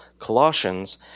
Colossians